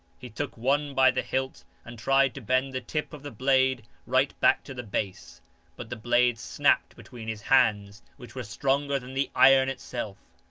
he took one by the hilt and tried to bend the tip of the blade right back to the base but the blade snapped between his hands which were stronger than the iron itself.